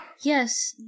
Yes